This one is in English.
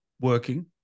working